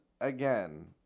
again